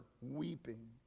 weeping